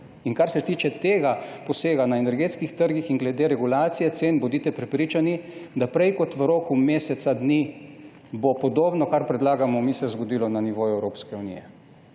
Kar se tiče tega posega na energetskih trgih in glede regulacije cen, bodite prepričani, da prej kot v roku meseca dni se bo podobno, kar predlagamo mi, zgodilo na nivoju Evropske unije.